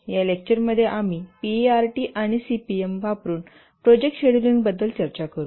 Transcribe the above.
या लेक्चरमध्ये आम्ही पीईआरटी आणि सीपीएम वापरुन प्रोजेक्ट शेड्यूलिंग बद्दल चर्चा करू